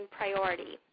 priority